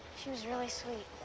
she was really sweet.